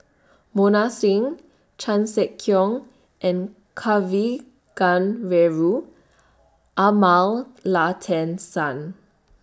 Mohan Singh Chan Sek Keong and Kavignareru Amallathasan